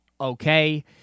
Okay